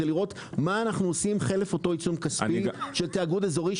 זה לראות מה אנחנו עושים חרף אותו עיצום כספי של תיאגוד אזורי,